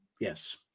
Yes